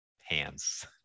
hands